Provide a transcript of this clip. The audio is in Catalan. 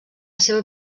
seva